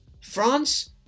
France